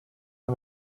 man